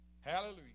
Hallelujah